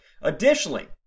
Additionally